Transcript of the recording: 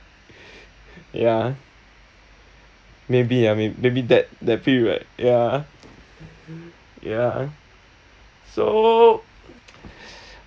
ya maybe ah maybe maybe that that period ya ya so